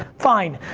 fine.